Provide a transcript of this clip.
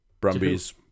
Brumbies